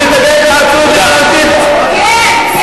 כן.